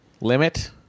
limit